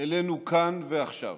אלינו כאן ועכשיו.